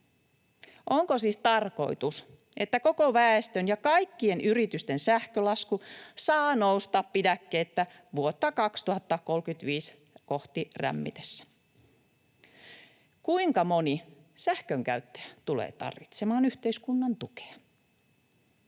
Onko siis tarkoitus, että koko väestön ja kaikkien yritysten sähkölasku saa nousta pidäkkeettä vuotta 2035 kohti rämmittäessä? Kuinka moni sähkönkäyttäjä tulee tarvitsemaan yhteiskunnan tukea?